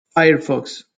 firefox